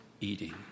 eating